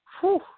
Whew